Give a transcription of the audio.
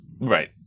Right